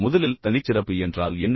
முதலில் தனிச்சிறப்பு என்றால் என்ன